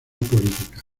política